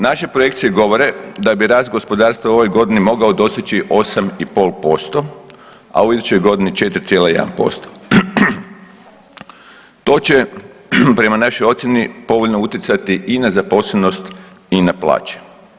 Naše projekcije govore da bi rast gospodarstva u ovoj godini mogao doseći 8,5%, a u idućoj godini 4,1%, to će prema našoj ocjeni utjecati i na zaposlenosti i na plaće.